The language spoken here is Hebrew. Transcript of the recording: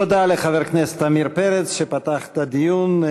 תודה לחבר הכנסת עמיר פרץ שפתח את הדיון,